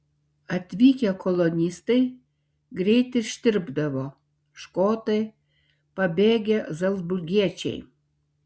atvykę kolonistai greit ištirpdavo škotai pabėgę zalcburgiečiai